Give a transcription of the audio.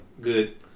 good